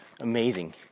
amazing